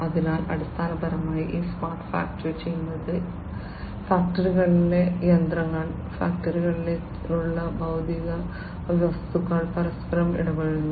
അതിനാൽ അടിസ്ഥാനപരമായി ഈ സ്മാർട്ട് ഫാക്ടറി ചെയ്യുന്നത് ഈ ഫാക്ടറിയാണ് ഫാക്ടറികളിലെ യന്ത്രങ്ങൾ ഫാക്ടറിയിൽ ഉള്ള ഭൌതിക വസ്തുക്കൾ പരസ്പരം ഇടപഴകുന്നു